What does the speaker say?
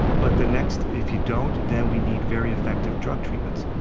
but the next, if you don't, then we need very effective drug treatments,